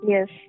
Yes